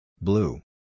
Blue